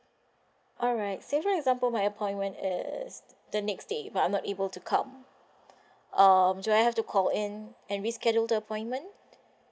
alright say for example my appointment is the next day but I'm not able to come um do I have to call in and reschedule the appointment